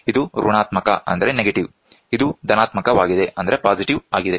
ಇದು ಋಣಾತ್ಮಕ ಇದು ಧನಾತ್ಮಕವಾಗಿದೆ